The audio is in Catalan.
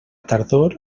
tardor